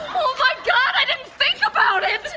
oh my god i didn't think about it!